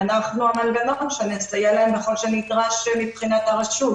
ואנחנו המנגנון שנסייע להם ככל שנדרש מבחינת הרשות.